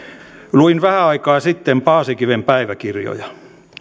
luin vähän aikaa sitten paasikiven päiväkirjoja